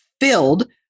filled